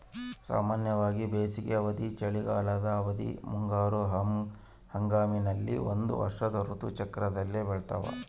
ಸಾಮಾನ್ಯವಾಗಿ ಬೇಸಿಗೆ ಅವಧಿ, ಚಳಿಗಾಲದ ಅವಧಿ, ಮುಂಗಾರು ಹಂಗಾಮಿನಲ್ಲಿ ಒಂದು ವರ್ಷದ ಋತು ಚಕ್ರದಲ್ಲಿ ಬೆಳ್ತಾವ